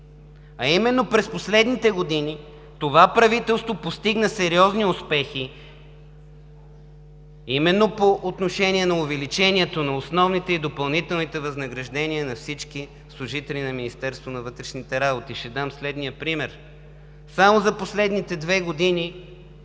променено, а през последните години това правителство постигна сериозни успехи именно по отношение на увеличението на основните и допълнителните възнаграждения на всички служители на Министерството на вътрешните работи. Ще дам следния пример – само за последните две години